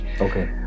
Okay